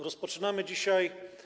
Rozpoczynamy dzisiaj.